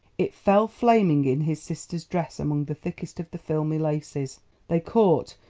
it fell flaming in his sister's dress among the thickest of the filmy laces they caught,